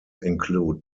include